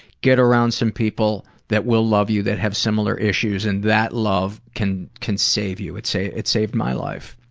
get around some people that will love you that have similar issues and that love can, can save you. it saved, it saved my life.